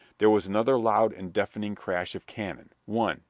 there was another loud and deafening crash of cannon, one,